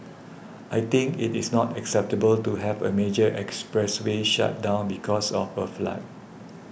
I think it is not acceptable to have a major expressway shut down because of a flood